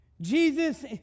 Jesus